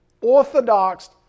orthodox